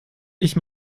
ich